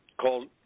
called